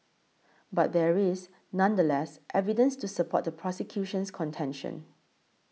but there is nonetheless evidence to support the prosecution's contention